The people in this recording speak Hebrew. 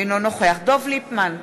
אינו נוכח דב ליפמן,